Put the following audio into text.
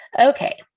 Okay